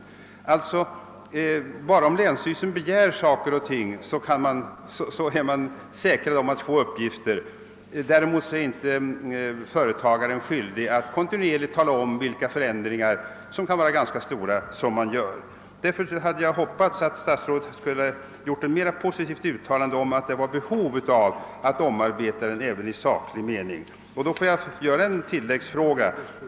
Det är alltså bara när länsstyrelsen begär uppgifter som den är säker på att få meddelande — däremot är inte företagaren skyldig att kontinuerligt tala om vilka förändringar som görs, och de kan vara ganska stora. Jag hade hoppats att statsrådet skulle göra ett mera positivt uttalande om att det fanns behov att omarbeta kungörelsen även i sakligt avseende. Får jag därför ställa en tilläggsfråga?